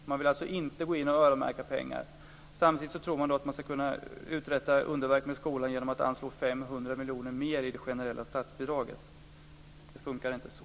Man vill alltså inte gå in och öronmärka pengar. Samtidigt tror man att man ska kunna uträtta underverk i skolan genom att anslå 500 miljoner kronor mer i det generella statsbidraget men det fungerar inte så.